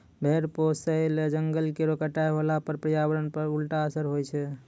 भेड़ पोसय ल जंगल केरो कटाई होला पर पर्यावरण पर उल्टा असर होय छै